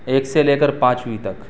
ایک سے لے کر پانچویں تک